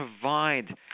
provide